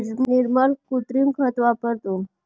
निर्मल कृत्रिम खत वापरतो